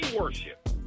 worship